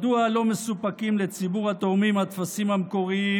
מדוע לא מסופקים לציבור התורמים הטפסים המקוריים?